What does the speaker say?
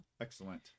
Excellent